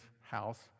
house